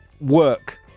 Work